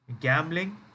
gambling